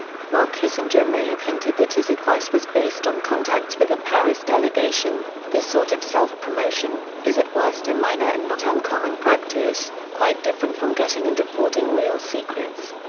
while kissinger may have hinted that his advice was based on contacts with the paris delegation, this sort of self-promotion. is at worst a minor and not uncommon practice, quite different from getting and reporting real secrets.